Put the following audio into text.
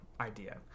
idea